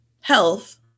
health